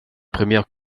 premières